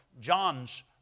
John's